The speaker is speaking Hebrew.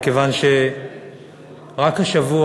מכיוון שרק השבוע,